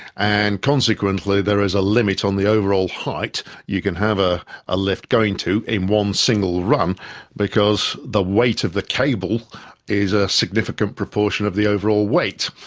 and consequently there is a limit on the overall height you can have ah a lift going to in one single run because the weight of the cable is a significant proportion of the overall weight.